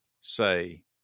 say